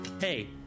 Hey